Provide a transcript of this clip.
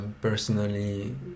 personally